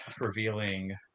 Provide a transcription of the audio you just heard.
revealing